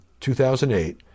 2008